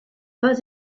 pas